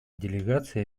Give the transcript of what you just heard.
делегаций